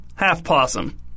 half-possum